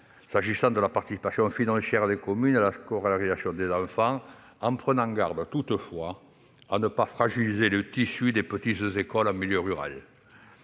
s'agissant de la participation financière des communes à la scolarisation, en prenant garde, toutefois, à ne pas fragiliser le tissu des petites écoles en milieu rural.